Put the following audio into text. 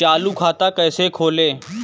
चालू खाता कैसे खोलें?